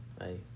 hey